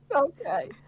Okay